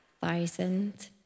thousand